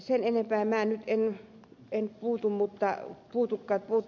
sen enempää en nyt puutu tähän asiaan